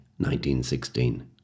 1916